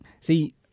See